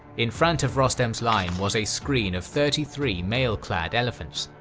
in front of rostam's line was a screen of thirty three mail-clad elephants.